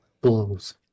blows